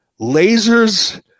lasers